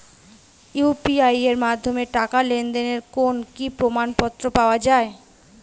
UPI এর মাধ্যমে টাকা লেনদেনের কোন কি প্রমাণপত্র পাওয়া য়ায়?